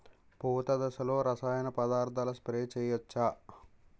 పూత దశలో రసాయన పదార్థాలు స్ప్రే చేయచ్చ?